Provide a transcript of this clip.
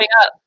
up